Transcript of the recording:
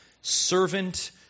servant